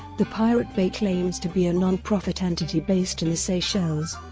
the pirate bay claims to be a non-profit entity based in the seychelles,